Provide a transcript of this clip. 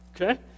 okay